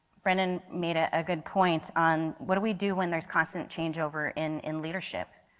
brendan made ah a good point on what do we do when there is constant change over in in leadership?